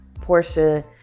Portia